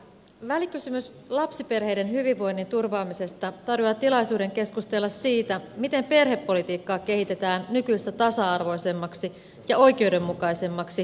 välikysymys lapsiperheiden hyvinvoinnin turvaamisesta tarjoaa tilaisuuden keskustella siitä miten perhepolitiikkaa kehitetään nykyistä tasa arvoisemmaksi ja oikeudenmukaisemmaksi perheystävällisellä tavalla